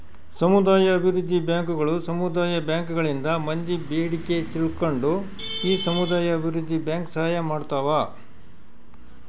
ಸಮುದಾಯ ಅಭಿವೃದ್ಧಿ ಬ್ಯಾಂಕುಗಳು ಸಮುದಾಯ ಬ್ಯಾಂಕ್ ಗಳಿಂದ ಮಂದಿ ಬೇಡಿಕೆ ತಿಳ್ಕೊಂಡು ಈ ಸಮುದಾಯ ಅಭಿವೃದ್ಧಿ ಬ್ಯಾಂಕ್ ಸಹಾಯ ಮಾಡ್ತಾವ